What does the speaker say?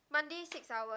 Monday six hours